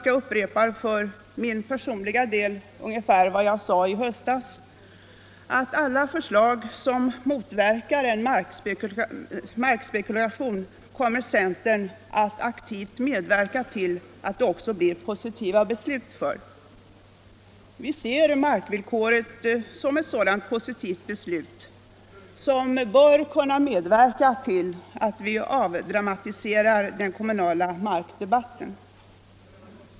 Jag upprepar för min personliga del ungefär vad jag sade i höstas, nämligen att centern kommer att medverka till att positiva beslut fattas till förmån för alla förslag som motverkar markspekulation. Vi ser beslutet om markvillkoret som en sådan positiv åtgärd, som bör kunna medverka till att vi avdramatiserar den kommunala markdebatten.